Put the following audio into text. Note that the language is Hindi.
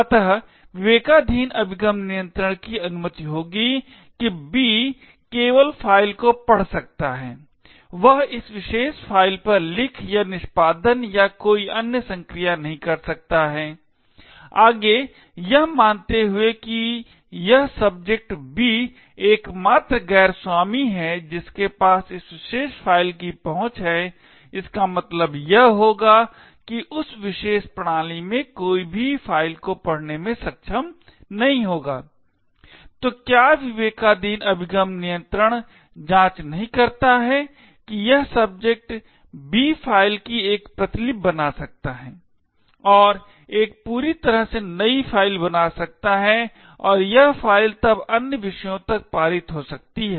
अतः विवेकाधीन अभिगम नियंत्रण की अनुमति होगी कि B केवल फ़ाइल को पढ़ सकता है वह इस विशेष फ़ाइल पर लिख या निष्पादन या कोई अन्य संक्रिया नहीं कर सकता है आगे यह मानते हुए कि यह सब्जेक्ट B एकमात्र गैर स्वामी है जिसके पास इस विशेष फ़ाइल की पहुंच है इसका मतलब यह होगा कि उस विशेष प्रणाली में कोई भी फ़ाइल को पढ़ने में सक्षम नहीं होगा तो क्या विवेकाधीन अभिगम नियंत्रण जाँच नहीं करता है कि यह सब्जेक्ट B फ़ाइल की एक प्रतिलिपि बना सकता है और एक पूरी तरह से नई फ़ाइल बना सकता है और यह फ़ाइल तब अन्य विषयों पर पारित हो सकती है